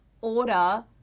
order